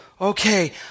Okay